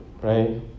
right